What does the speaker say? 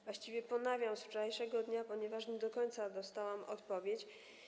Właściwie ponawiam pytanie z wczorajszego dnia, ponieważ nie do końca dostałam odpowiedź.